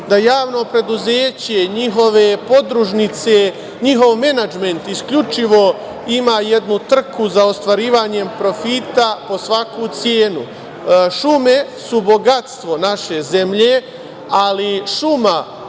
da javno preduzeće i njihove podružnice, njihov menadžment isključivo ima jednu trku za ostvarivanjem profita po svaku cenu. Šume su bogatstvo naše zemlje, ali šuma